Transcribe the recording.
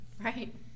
right